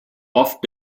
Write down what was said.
oft